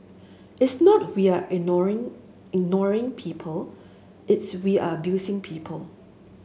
it's not we're ignoring ignoring people it's we're abusing people